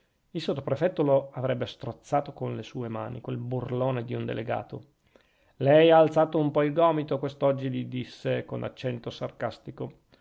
il sottoprefetto lo avrebbe strozzato con le sue mani quel burlone di un delegato lei ha alzato un po il gomito quest'oggi gli disse con accento sarcastico